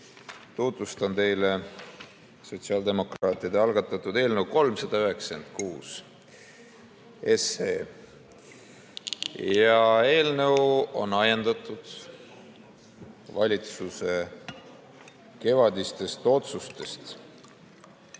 Tutvustan teile sotsiaaldemokraatide algatatud eelnõu 396. Eelnõu on ajendatud valitsuse kevadistest otsustest.